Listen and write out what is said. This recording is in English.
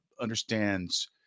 understands